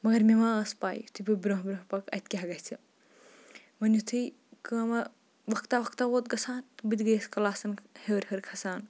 مگر مےٚ ما ٲس پَے یُتھُے بہٕ برونٛہہ برونٛہہ پَکہٕ اَتہِ کیٛاہ گژھِ وۄنۍ یُتھُے کٲمہ وقتہ وقتہ ووت گژھان بہٕ تہِ گٔیَس کٕلاسَن ہیوٚر ہیوٚر کھَسان